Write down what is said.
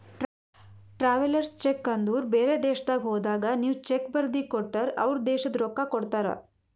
travellers cheque ಅಂದುರ್ ಬೇರೆ ದೇಶದಾಗ್ ಹೋದಾಗ ನೀವ್ ಚೆಕ್ ಬರ್ದಿ ಕೊಟ್ಟರ್ ಅವ್ರ ದೇಶದ್ ರೊಕ್ಕಾ ಕೊಡ್ತಾರ